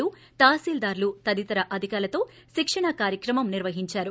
లు తాహసీల్దార్లు తదితర అధికారులతో శిక్షణా కార్యక్రమం నిర్వహించారు